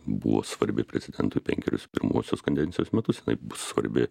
buvo svarbi prezidentui penkerius pirmuosius kadencijos metus bus svarbi